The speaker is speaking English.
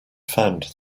found